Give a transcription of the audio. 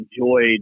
enjoyed